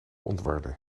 ontwarde